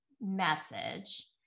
message